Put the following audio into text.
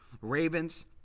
Ravens